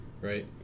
right